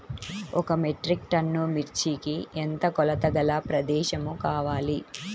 ఒక metric ton మిర్చికి ఎంత కొలతగల ప్రదేశము కావాలీ?